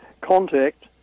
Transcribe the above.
contact